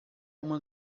uma